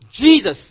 Jesus